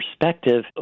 perspective